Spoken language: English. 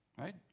right